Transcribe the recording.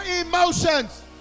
emotions